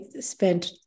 spent